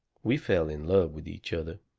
we fell in love with each other.